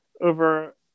over